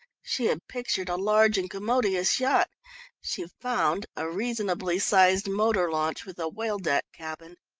she had pictured a large and commodious yacht she found a reasonably sized motor-launch with a whale-deck cabin.